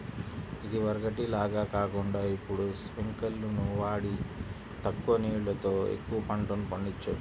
ఇదివరకటి లాగా కాకుండా ఇప్పుడు స్పింకర్లును వాడి తక్కువ నీళ్ళతో ఎక్కువ పంటలు పండిచొచ్చు